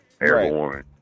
airborne